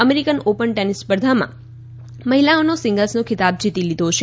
American Open tennis સ્પર્ધામાં મહિલાઓનો સિંગલ્સનો ખિતાબ જીતી લીધો છે